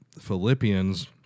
Philippians